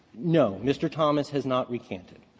no. mr. thomas has not recanted.